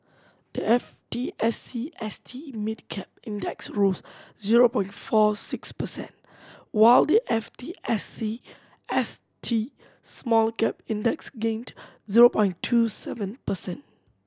the F T S E S T Mid Cap Index rose zero point four six percent while the F T S E S T Small Cap Index gained zero point two seven percent